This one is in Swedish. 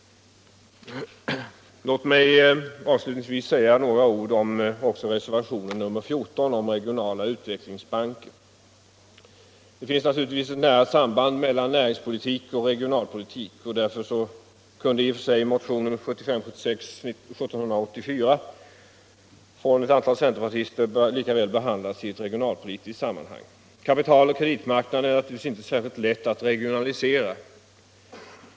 Låt mig avslutningsvis säga några ord om reservationen 14 om regionala utvecklingsbanker. Det finns naturligtvis ett nära samband mellan näringspolitik och regionalpolitik. Därför kunde motionen 1975/76:1784 från ett antal centerpartister lika väl ha behandlats i ett regionalpolitiskt sammanhang. Kapitaloch kreditmarknader är inte särskilt lätta att regionalisera.